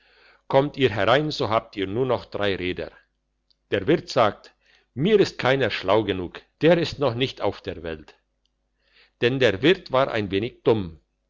kommt ihr herein so habt ihr noch drei räder der wirt sagt mir ist keiner schlau genug der ist noch nicht auf der welt denn der wirt war ein wenig dumm